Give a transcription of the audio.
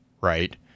right